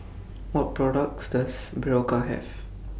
What products Does Berocca Have